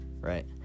right